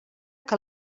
que